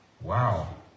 Wow